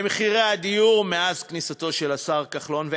מחירי הדיור, מאז כניסתו של השר כחלון לתפקיד.